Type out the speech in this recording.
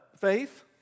faith